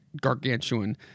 gargantuan